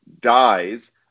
dies